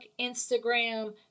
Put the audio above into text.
Instagram